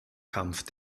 kampf